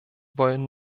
wollen